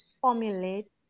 formulate